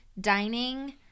dining